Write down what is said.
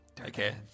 Okay